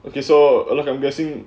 okay so uh like I'm guessing